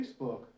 Facebook